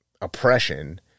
oppression